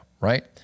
Right